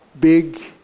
big